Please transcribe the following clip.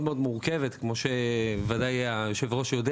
מאוד מורכבת כמו שבוודאי היושב ראש יודע.